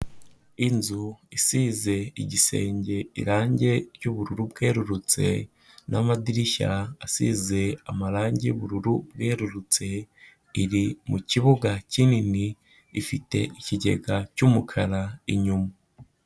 Inzu isize igisenge irangi ry'ubururu bwerurutse n'amadirishya asize amarangi y'ubururu bwerurutse, iri mu kibuga kinini, ifite ikigega cy'umukara inyuma.